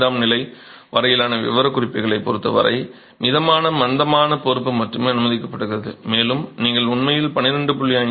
5 ஆம் நிலை வரையிலான விவரக்குறிப்புகளைப் பொருத்தவரை மிதமான மந்தமான பொறுப்பு மட்டுமே அனுமதிக்கப்படுகிறது மேலும் நீங்கள் உண்மையில் 12